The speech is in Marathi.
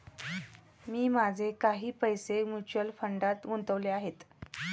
मी माझे काही पैसे म्युच्युअल फंडात गुंतवले आहेत